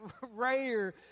rare